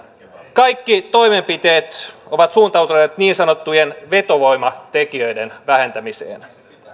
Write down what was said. kaikki toimenpiteet ovat suuntautuneet niin sanottujen vetovoimatekijöiden vähentämiseen